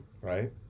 right